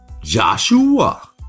Joshua